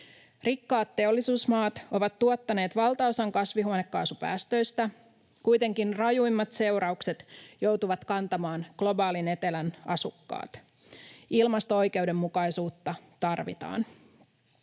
Rikkaat teollisuusmaat ovat tuottaneet valtaosan kasvihuonekaasupäästöistä, mutta kuitenkin rajuimmat seuraukset joutuvat kantamaan globaalin etelän asukkaat. Ilmasto-oikeudenmukaisuutta tarvitaan.